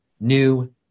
new